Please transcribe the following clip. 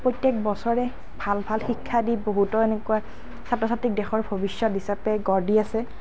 প্ৰত্যেক বছৰে ভাল ভাল শিক্ষা দি বহুতো এনেকুৱা ছাত্ৰ ছাত্ৰীক দেশৰ ভৱিষ্যত হিচাপে গঢ় দি আছে